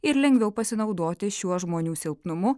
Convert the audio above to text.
ir lengviau pasinaudoti šiuo žmonių silpnumu